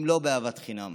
אם לא באהבת חינם?